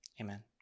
amen